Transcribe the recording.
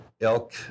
elk